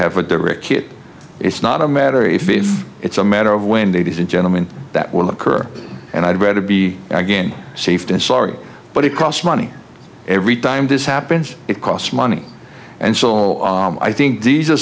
have a direct hit it's not a matter if it's a matter of when davies and gentlemen that will occur and i'd rather be again safe than sorry but it costs money every time this happens it costs money and so i think these are